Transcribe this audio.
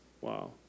Wow